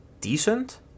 decent